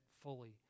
fully